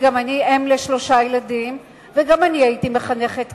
כי גם אני אם לשלושה ילדים וגם אני הייתי מחנכת